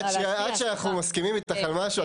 עד שאנחנו מסכימים איתך על משהו,